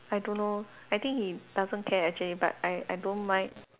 I don't know I think he doesn't care actually but I I don't mind